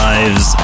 Lives